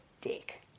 dick